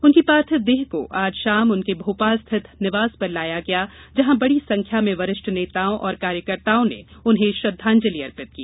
उनकी पार्थिव देह को आज शाम उनके भोपाल स्थित निवास पर लाया गया जहां बड़ी संख्या में वरिष्ठ नेताओं और कार्यकर्ताओं ने उन्हें श्रद्वांजलि अर्पित की